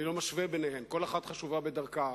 אני לא משווה ביניהן, וכל אחת חשובה בדרכה.